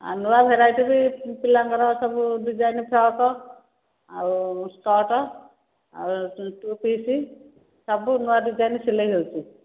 ଆଉ ନୂଆ ଭେରାଇଟି ବି ପିଲାଙ୍କର ସବୁ ଡିଜାଇନ ଫ୍ରକ୍ ଆଉ ସ୍କଟ୍ ଆଉ ଟୁପିସ୍ ସବୁ ନୂଆ ଡିଜାଇନ୍ ସିଲେଇ ହେଉଛି